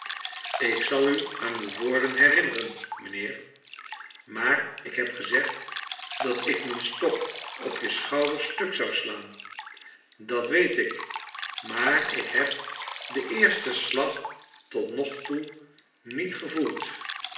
ik zal u aan uw woorden herinneren m'nheer b maar ik heb gezegd dat ik m'n stok op je schouder stuk zoo slaan dat weet ik maar ik heb den eersten slag tot nog toe niet gevoeld